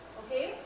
okay